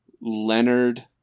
Leonard